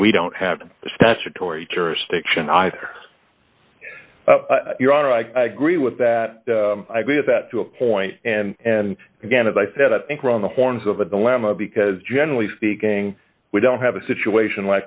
then we don't have the statutory jurisdiction either your honor i agree with that i agree with that to a point and again as i said i think we're on the horns of a dilemma because generally speaking we don't have a situation